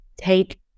Take